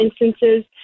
instances